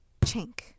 chink